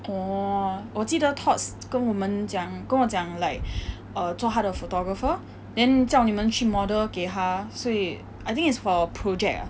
orh 我记得 todds 跟我们讲跟我讲 like err 做他的 photographer then 叫你们去 model 给他所以 I think it's for a project ah